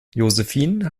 josephine